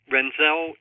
Renzel